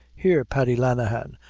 here, paddy lenahan,